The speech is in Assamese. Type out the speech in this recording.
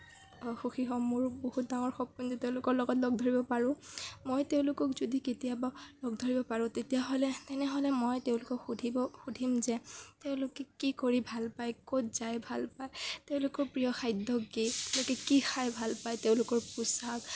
খুব সুখী হ'ম মোৰ বহুত ডাঙৰ সপোন যে তেওঁলোকৰ লগত লগ ধৰিব পাৰোঁ মই তেওঁলোকক যদি কেতিয়াবা লগ ধৰিব পাৰোঁ তেতিয়াহ'লে তেনেহলে মই তেওঁলোকক সুধিব সুধিম যে তেওঁলোকে কি কৰি ভাল পায় ক'ত যায় ভাল পায় তেওঁলোকৰ প্ৰিয় খাদ্য কি তেওঁলোকে কি খাই ভাল পায় তেওঁলোকৰ পোচাক